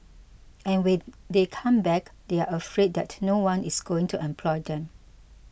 and when they come back they are afraid that no one is going to employ them